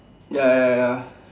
ya ya ya ya